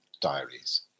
Diaries